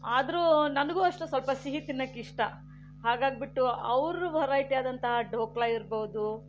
ಆದರೂ ನನಗೂ ಅಷ್ಟು ಸ್ವಲ್ಪ ಸಿಹಿ ತಿನ್ನಕ್ಕೆ ಇಷ್ಟ ಹಾಗಾಗ್ಬಿಟ್ಟು ಅವರ ವೆರೈಟಿ ಆದಂತಹ ಢೋಕ್ಲ ಇರ್ಬೋದು